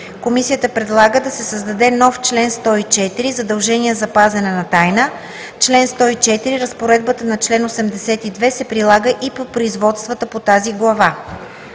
Комисията предлага да се създаде нов чл. 104: „Задължение за пазене на тайна Чл. 104. Разпоредбата на чл. 82 се прилага и при производствата по тази глава.“